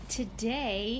today